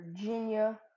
virginia